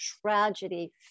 tragedy